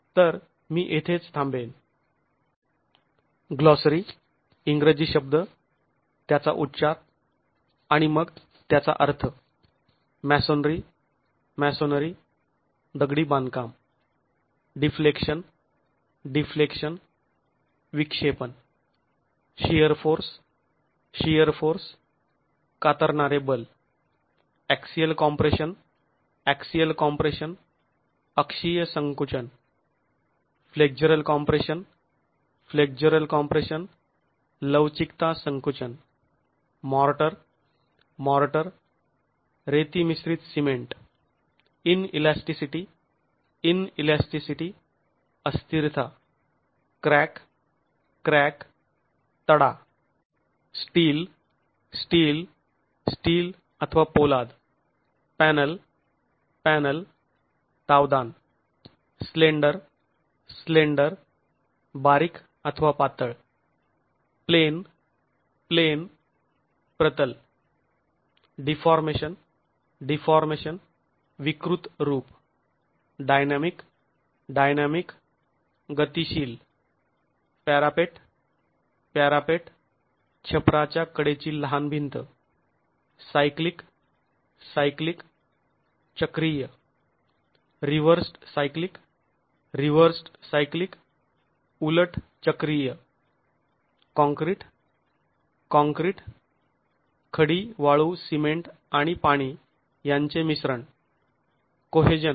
तर मी येथेच थांबेन